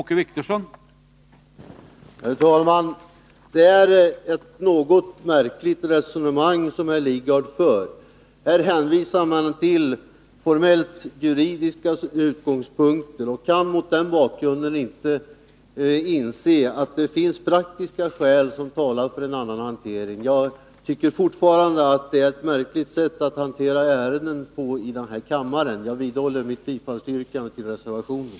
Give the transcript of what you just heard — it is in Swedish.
Herr talman! Herr Lidgard för ett något märkligt resonemang. Han hänvisar till juridiska formaliteter och kan mot den bakgrunden inte inse att praktiska skäl talar för en annan hantering. Jag tycker fortfarande att man hanterar ärenden på ett märkligt sätt i denna kammare, och jag vidhåller mitt yrkande om bifall till reservationen.